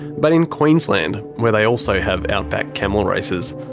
but in queensland, where they also have outback camel races,